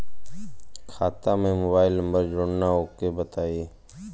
खाता में mobile number जोड़ना ओके बताई?